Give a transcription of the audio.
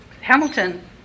Hamilton